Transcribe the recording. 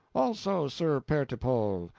also sir pertipole,